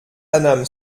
paname